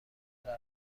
عراق